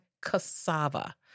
cassava